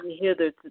hither